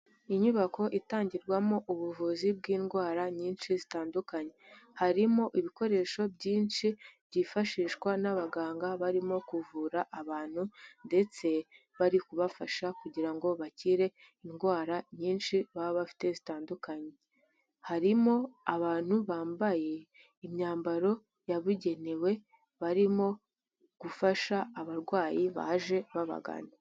Inyubako itangirwamo ubuvuzi bw'indwara nyinshi zitandukanye. Harimo ibikoresho byinshi byifashishwa n'abaganga barimo kuvura abantu ndetse bari kubafasha kugira ngo bakire indwara nyinshi baba bafite zitandukanye. Harimo abantu bambaye imyambaro yabugenewe barimo gufasha abarwayi baje babagana.